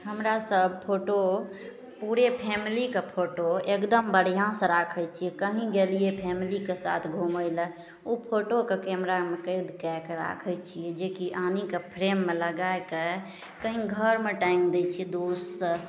हमरा सब फोटो पूरे फैमिलीके फोटो एकदम बढ़िआँसँ राखय छियै कहीं गेलियै फैमिलीके साथ घुमय लए ओ फोटोके कैमरामे कैद कए कऽ राखय छियै जे कि आनीकऽ फ्रेममे लगाकऽ कहीं घरमे टाङ्गि दै छियै दोस्त सब